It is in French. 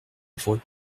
évreux